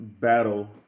battle